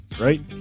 Right